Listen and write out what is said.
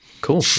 cool